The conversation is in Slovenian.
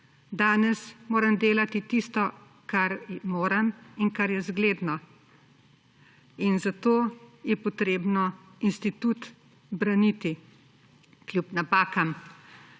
Danes moram delati tisto, kar moram in kar je zgledno. In zato je treba institut braniti. Kljub napakam,